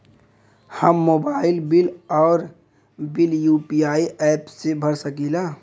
हम mobile bill और bill UPI app से भर सकिला